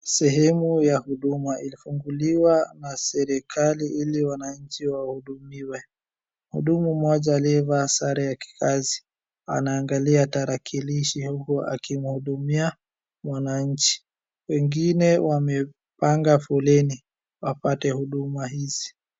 Sehemu ya huduma. Ilifunguliwa na serikali ili wananchi wahudumiwe. Mhudumu mmoja aliyevaa sare ya kikazi anaangalia tarakilishi huku akimhudumia mwananchi. Wengine wamepanga foleni wapate huduma hizi.